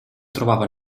trovava